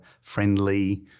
friendly